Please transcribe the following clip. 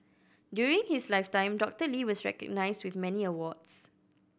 during his lifetime Doctor Lee was recognised with many awards